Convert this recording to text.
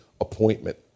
appointment